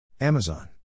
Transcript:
Amazon